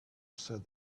said